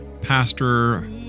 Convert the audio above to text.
Pastor